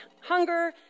hunger